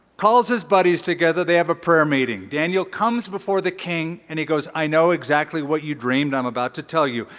calls his buddies together, they have a prayer meeting. daniel comes before the king and he goes, i know exactly what you dreamed. i'm about to tell you.